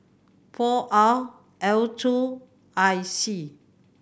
four R L two I C